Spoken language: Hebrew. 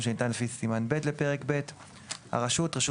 שניתן לפי סימן ב' לפרק ב'; "הרשות" רשות